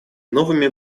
новыми